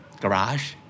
Garage